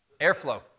airflow